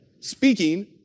speaking